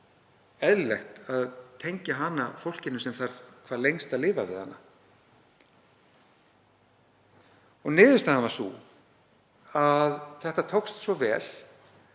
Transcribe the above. eðlilegt er að tengja hana fólkinu sem þarf hvað lengst að lifa við hana. Niðurstaðan var sú að þetta tókst svo vel